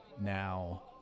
Now